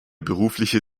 berufliche